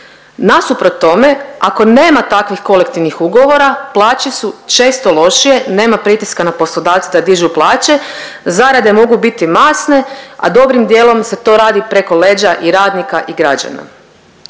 Nasuprot tome ako nema takvih kolektivnih ugovora plaće su često lošije nema pritiska na poslodavce da dižu plaće, zarade mogu biti masne, a dobrim dijelom se to radi preko leđa i radnika i građana.